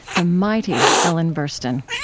the mighty ellen burstyn.